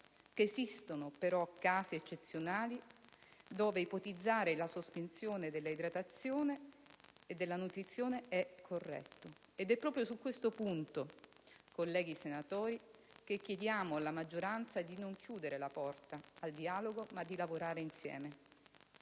esistono però casi eccezionali dove ipotizzare la sospensione dell'idratazione e della nutrizione è corretto. Ed è proprio su questo punto, colleghi senatori, che chiediamo alla maggioranza di non chiudere la porta al dialogo, ma di lavorare insieme.